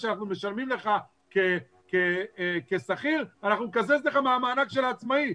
שמשלמים לו כשכיר אנחנו יקזזו מהמענק של העצמאי.